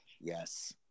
Yes